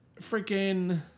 freaking